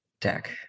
deck